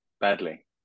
badly